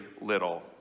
little